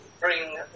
bring